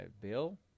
Bill